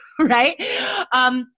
right